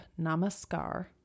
namaskar